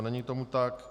Není tomu tak.